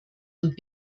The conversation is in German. und